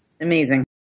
amazing